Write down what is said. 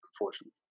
unfortunately